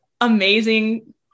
amazing